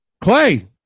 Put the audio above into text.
Clay